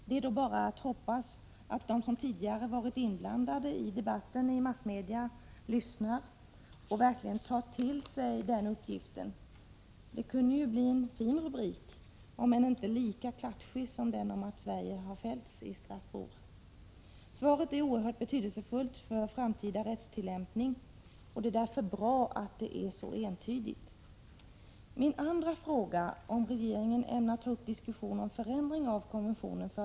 Det är bara att hoppas att de som tidigare varit inblandade i debatten i massmedia lyssnar och verkligen tar till sig den uppgiften. Det kunde ju bli en fin rubrik, om än inte lika klatschig som den om att Sverige fällts i Strasbourg. Svaret är oerhört betydelsefullt för framtida rättstillämpning. Det är därför bra att det är så entydigt. konventionen för att stärka skyddet för barn, blir då mindre angelägen. Prot.